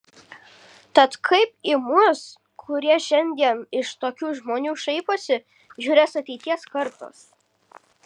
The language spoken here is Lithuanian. tad kaip į mus kurie šiandien iš tokių žmonių šaiposi žiūrės ateities kartos